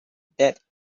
that